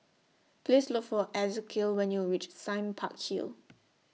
Please Look For Ezekiel when YOU REACH Sime Park Hill